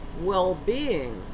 well-being